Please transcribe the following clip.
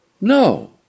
No